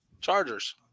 Chargers